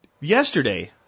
Yesterday